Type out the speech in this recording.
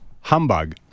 humbug